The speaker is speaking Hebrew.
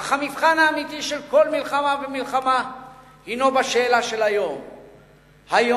אך המבחן האמיתי של כל מלחמה ומלחמה הינו בשאלה של היום שאחרי: